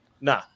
Nah